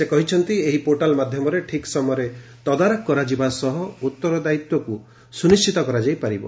ସେ କହିଛନ୍ତି ଏହି ପୋର୍ଟାଲ୍ ମାଧ୍ଧମରେ ଠିକ୍ ସମୟରେ ତଦାରଖ କରାଯାଇପାରିବ ଓ ଉଉରଦାୟିତାକୁ ନିଶ୍ୱିତ କରାଯାଇପାରିବ